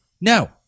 No